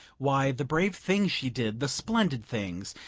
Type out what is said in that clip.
why, the brave things she did, the splendid things!